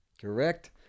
Correct